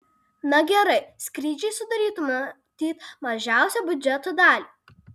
na gerai skrydžiai sudarytų matyt mažiausią biudžeto dalį